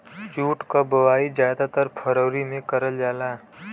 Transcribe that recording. jute क बोवाई जादातर फरवरी में करल जाला